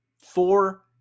four